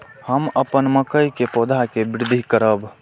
हम अपन मकई के पौधा के वृद्धि करब?